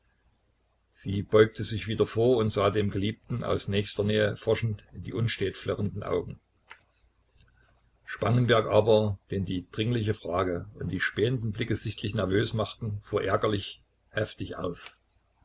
sie beugte sich wieder vor und sah dem geliebten aus nächster nähe forschend in die unstät flirrenden augen spangenberg aber den die dringliche frage und die spähenden blicke sichtlich nervös machten fuhr ärgerlich heftig auf